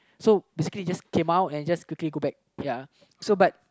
so basically just came out and just quickly go back ya so but